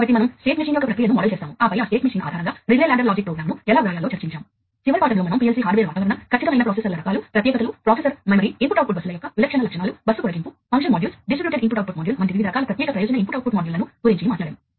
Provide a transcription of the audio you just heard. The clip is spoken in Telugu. ఇప్పుడు మీరు వాటిని కలిగి ఉన్నప్పుడు ఒకసారి మీరు ఒక సంస్థ నుండి పరికరాల యొక్క కొన్ని భాగాలను కొనుగోలు చేస్తే మీరు నిజంగా ఆ సంస్థతో ముడిపడి ఉంటారు ఎందుకంటే మీరు వేరే సంస్థ నుండి మరేదైనా కొనుగోలు చేస్తే అది మంచి కార్యాచరణను కలిగి ఉంటుంది ఇది చౌకగా ఉండవచ్చు కానీ మీరు ఇప్పటికీ ఎల్లప్పుడూ ప్రారంభిస్తారు ఎందుకంటే ఇది ఇప్పటికే ఉన్న మీ నియంత్రికతో మాట్లాడదు